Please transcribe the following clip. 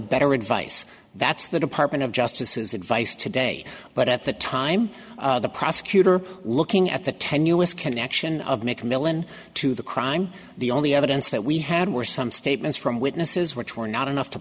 better advice that's the department of justice whose advice today but at the time the prosecutor looking at the tenuous connection of mcmillan to the crime the only evidence that we had were some statements from witnesses which were not enough to